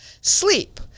Sleep